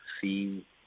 see